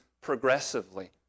progressively